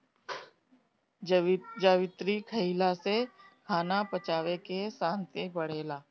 जावित्री खईला से खाना पचावे के शक्ति बढ़ेला